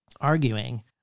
arguing